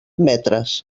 metres